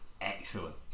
excellent